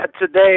today